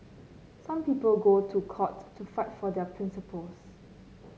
some people go to court to fight for their principles